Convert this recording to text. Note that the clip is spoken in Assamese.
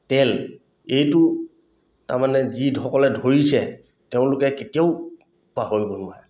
তেল এইটো তাৰমানে যিসকলে ধৰিছে তেওঁলোকে কেতিয়াও পাহৰিব নোৱাৰে